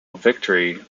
victory